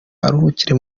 aruhukire